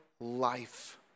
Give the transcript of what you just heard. life